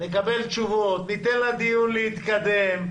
נקבל תשובות, ניתן לדיון להתקדם.